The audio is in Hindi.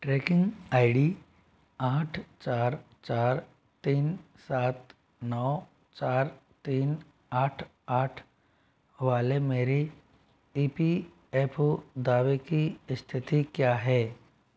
ट्रैकिंग आई डी आठ चार चार तीन सात नौ चार तीन आठ आठ वाले मेरे ई पी एफ ओ दावे की स्थिति क्या है